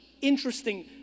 interesting